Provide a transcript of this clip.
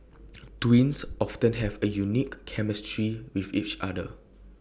twins often have A unique chemistry with each other